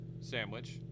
Sandwich